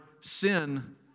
sin